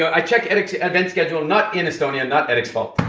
i check eric's event schedule not in estonia, not eric's fault.